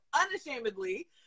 unashamedly